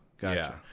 Gotcha